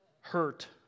hurt